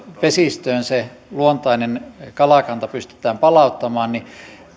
vesistöön se luontainen kalakanta pystytään palauttamaan niin